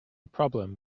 problem